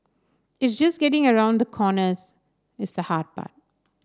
it's just getting around the corners is the hard part